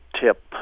tip